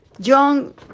John